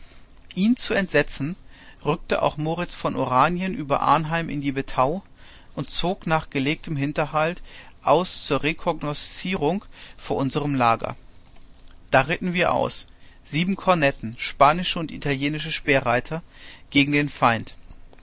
ihn zu entsetzen rückte auch moritz von oranien über arnheim in die betau und zog nach gelegtem hinterhalt her zur rekognoszierung vor unser lager da ritten wir aus sieben kornetten spanische und italienische speerreiter gegen den feind